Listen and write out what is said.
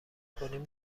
کنیم